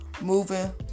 moving